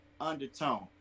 undertone